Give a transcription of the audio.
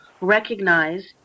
recognize